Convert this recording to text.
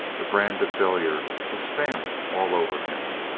the brand of failure was stamped all over him.